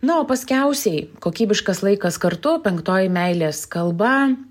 na o paskiausiai kokybiškas laikas kartu penktoji meilės kalba